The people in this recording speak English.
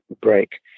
break